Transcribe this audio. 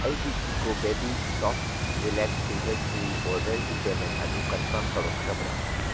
ꯑꯩꯒꯤ Chicco baby sofa relax ꯁ꯭ꯇꯦꯇꯁꯀꯤ ꯑꯣꯔꯗꯔꯒꯤ ꯄꯦꯃꯦꯟ ꯑꯗꯨ ꯀꯟꯐꯥꯔꯝ ꯇꯧꯔꯛꯈ꯭ꯔꯕ꯭ꯔ